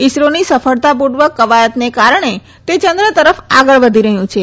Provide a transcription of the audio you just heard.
ઇસરોની સફળતાપૂર્વક ક્વાયતને કારણે તે ચંદ્ર તરફ આગળ વધી રહ્યું છે